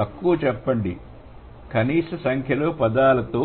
తక్కువ చెప్పండి కనీస సంఖ్యలో పదాలతో